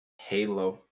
halo